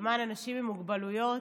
למען אנשים עם מוגבלויות.